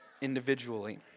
individually